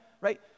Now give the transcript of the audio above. Right